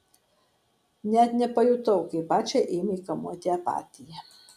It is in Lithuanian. net nepajutau kaip pačią ėmė kamuoti apatija